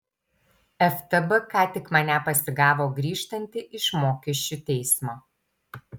ftb ką tik mane pasigavo grįžtantį iš mokesčių teismo